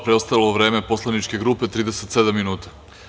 Preostalo vreme poslaničke grupe 37 minuta.